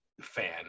fan